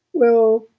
well,